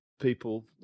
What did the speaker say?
people